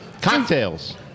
cocktails